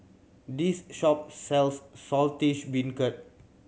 this shop sells Saltish Beancurd